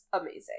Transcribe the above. amazing